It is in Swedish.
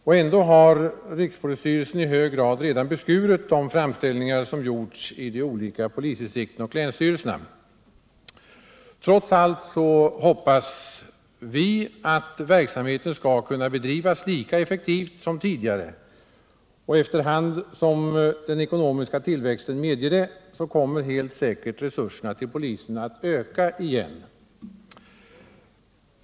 Och ändå har rikspolisstyrelsen i hög grad redan beskurit de framställningar som gjorts i de olika polisdistrikten och länsstyrelserna. Trots allt hoppas vi, att verksamheten skall kunna bedrivas lika effektivt som tidigare. Efter hand som den ekonomiska tillväxten medger det kommer helt säkert resurserna till polisen att öka igen.